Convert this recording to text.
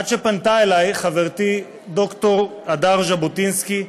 עד שפנתה אלי חברתי, ד"ר הדר ז'בוטינסקי,